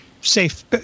safe